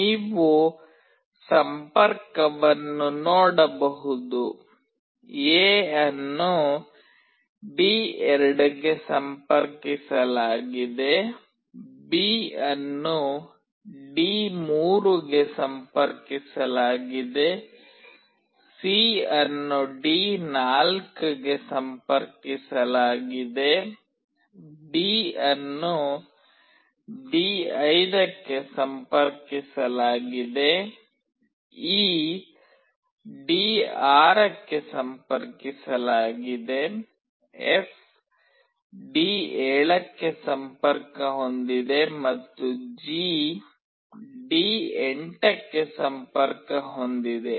ನೀವು ಸಂಪರ್ಕವನ್ನು ನೋಡಬಹುದು ಎ ಅನ್ನು ಡಿ2 ಗೆ ಸಂಪರ್ಕಿಸಲಾಗಿದೆ ಬಿ ಅನ್ನು ಡಿ3 ಗೆ ಸಂಪರ್ಕಿಸಲಾಗಿದೆ ಸಿ ಅನ್ನು ಡಿ4 ಗೆ ಸಂಪರ್ಕಿಸಲಾಗಿದೆ ಡಿ ಅನ್ನು ಡಿ5 ಗೆ ಸಂಪರ್ಕಿಸಲಾಗಿದೆ ಇ ಡಿ6 ಗೆ ಸಂಪರ್ಕಿಸಲಾಗಿದೆ ಎಫ್ ಡಿ7 ಗೆ ಸಂಪರ್ಕ ಹೊಂದಿದೆ ಮತ್ತು ಜಿ ಡಿ8 ಗೆ ಸಂಪರ್ಕ ಹೊಂದಿದೆ